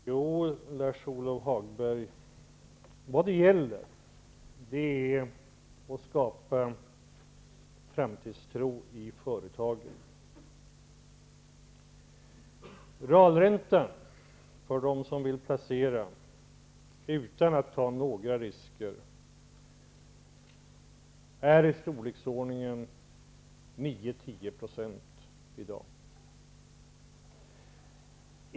Herr talman! Jo, Lars-Ove Hagberg, vad det gäller är att skapa framtidstro i företagen. Realräntan för dem som vill placera utan att ta några risker är i dag i storleksordningen 9--10 %.